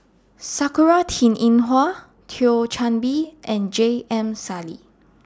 Sakura Teng Ying Hua Thio Chan Bee and J M Sali